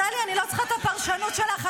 טלי, אני לא צריכה את הפרשנות שלך.